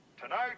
Tonight